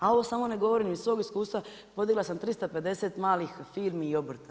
A ovo samo ne govorim iz svog iskustva, vodila sam 350 malih firmi i obrta.